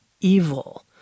evil